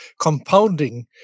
compounding